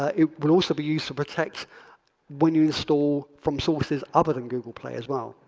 ah it will also be used to protect when you install from sources other than google play as well.